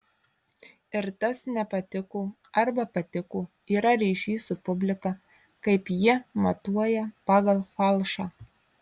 ir tas nepatiko arba patiko yra ryšys su publika kaip ji matuoja pagal falšą